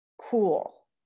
cool